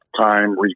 time